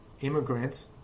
immigrants